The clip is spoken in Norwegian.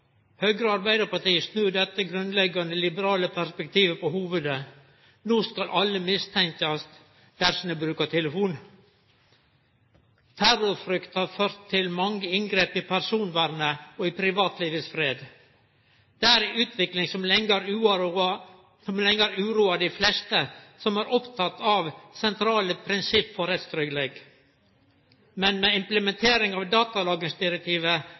Høgre og Arbeidarpartiet snur dette grunnleggjande liberale perspektivet på hovudet. No skal alle mistenkjast dersom dei brukar telefon. Terrorfrykt har ført til mange inngrep i personvernet og i privatlivets fred. Det er ei utvikling som lenge har uroa dei fleste som er opptekne av sentrale prinsipp for rettstryggleik. Men med implementering av datalagringsdirektivet